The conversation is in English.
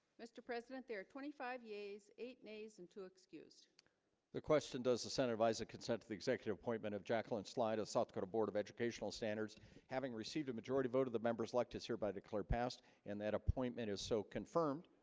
mr. president there are twenty five years eight days and two excused the question does the senator visaa consent to the executive appointment of jacqueline slide of south dakota board of educational standards having received a majority vote of the members elect is hereby declare past and that appointment is so confirmed